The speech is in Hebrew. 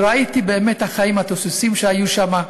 וראיתי באמת את החיים התוססים שהיו שם.